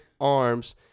arms